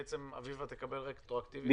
אביבה תקבל רטרואקטיבית?